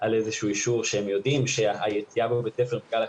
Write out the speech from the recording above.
יש לנו כ-250 מנהלי ישובים בפריסה ארצית.